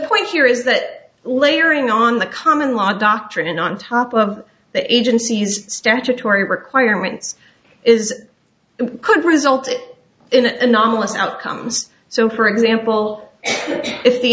point here is that layering on the common law doctrine on top of the agency's statutory requirements is could result in an anomalous outcomes so for example if the